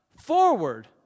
forward